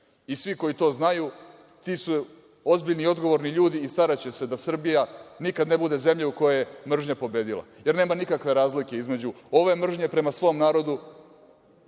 I svi koji to znaju, ti su ozbiljni i odgovorni ljudi i staraće se da Srbija nikad ne bude zemlja u kojoj je mržnja pobedila. Jer, nema nikakve razlike između ove mržnje prema svom narodu,